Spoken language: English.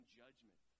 judgment